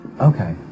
Okay